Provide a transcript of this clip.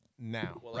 now